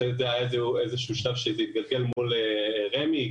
אחרי זה היה שלב שזה התגלגל מול רשות מקרקעי ישראל,